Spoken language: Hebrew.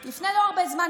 לא לפני הרבה זמן,